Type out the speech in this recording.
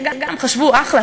שגם חשבו: אחלה,